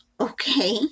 Okay